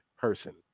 person